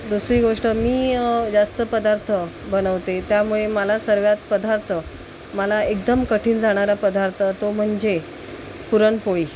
दुसरी गोष्ट मी जास्त पदार्थ बनवते त्यामुळे मला सर्वात पदार्थ मला एकदम कठीण जाणारा पदार्थ तो म्हणजे पुरणपोळी